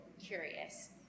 curious